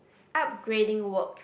upgrading works